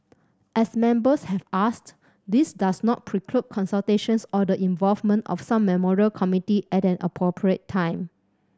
as Members have asked this does not preclude consultations or the involvement of some memorial committee at an appropriate time